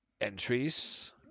entries